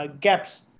gaps